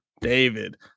David